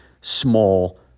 small